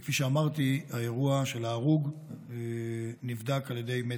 כפי שאמרתי, האירוע של ההרוג נבדק על ידי מצ"ח.